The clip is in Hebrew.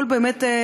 יכול באמת להבין.